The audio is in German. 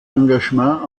engagement